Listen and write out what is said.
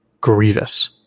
grievous